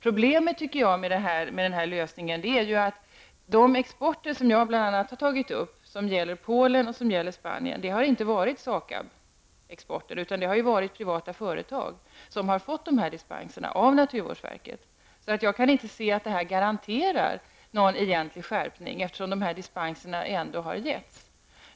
Problem med den här lösningen är att i de exportfall som jag har tagit upp och som avsett Polen och Spanien har SAKAB inte varit inblandat. Det ör privata företag som där har fått dispenser beviljade av naturvårdsverket. Jag kan inte se att man garanterar någon egentlig skärpning, eftersom dispenserna ändå har beviljats.